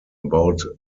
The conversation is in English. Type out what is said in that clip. about